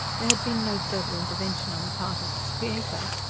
there had been no further intervention on the part of the creator,